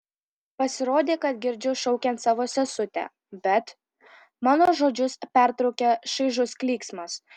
pasirodė kad girdžiu šaukiant savo sesutę bet mano žodžius pertraukia šaižus klyksmas